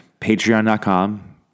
patreon.com